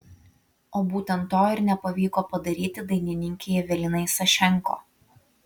o būtent to ir nepavyko padaryti dainininkei evelinai sašenko